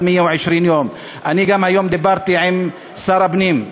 תקופה של 120 יום.) היום דיברתי גם עם שר הפנים,